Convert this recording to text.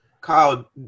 Kyle